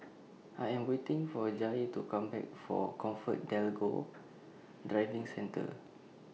I Am waiting For Jair to Come Back For ComfortDelGro Driving Centre